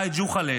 היי ג'וחאל'ה,